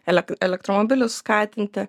elekt elektromobilius skatinti